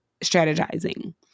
strategizing